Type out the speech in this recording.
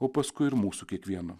o paskui ir mūsų kiekvieno